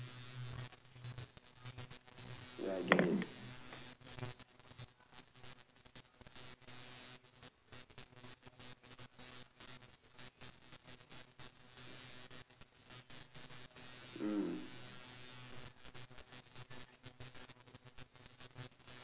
ya I get it mm